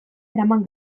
eraman